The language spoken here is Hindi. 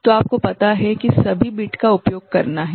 तो आपको पता है कि सभी बिट का उपयोग करना है